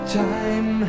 time